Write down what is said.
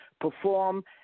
perform